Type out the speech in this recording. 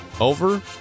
over